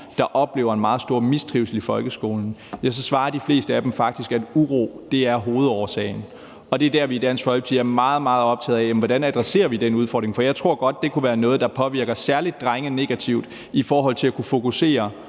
der oplever en meget stor mistrivsel i folkeskolen, svarer de fleste af dem faktisk, at uro er hovedårsagen til det. Og det er der, vi i Dansk Folkeparti er meget, meget optaget af, hvordan vi adresserer den udfordring. For jeg tror godt, det kunne være noget, der påvirker særlig drenge negativt i forhold til at kunne fokusere